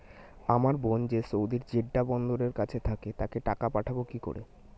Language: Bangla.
আমার বোন যে সৌদির জেড্ডা বন্দরের কাছে থাকে তাকে টাকা পাঠাবো কি করে?